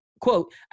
Quote